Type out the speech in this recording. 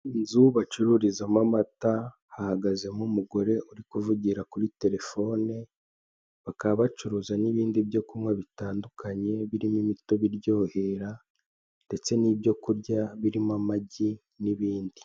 Inzu bacururizamo amata hahagaze umuntu uri kuvugira kuri terefone bakaba bacuruza n'ibindi byo kunywa bitandukanye birimo imitobe iryohera ndetse n'ibyo kurya birimo amagi n'ibindi.